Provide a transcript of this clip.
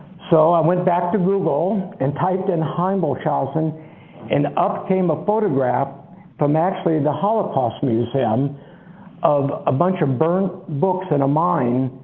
so i went back to google and typed in heimboldshausen and up came a photograph from actually the holocaust museum of a bunch of burnt books in a mine